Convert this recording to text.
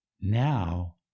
Now